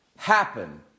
happen